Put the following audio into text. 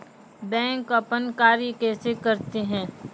Bank अपन कार्य कैसे करते है?